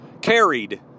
carried